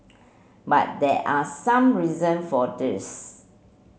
but there are some reason for this